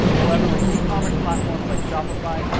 however with ecommerce platforms like shopify,